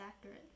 accurate